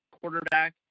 quarterback